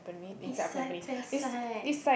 east side best side